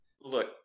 look